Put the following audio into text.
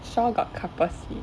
shaw got couple seat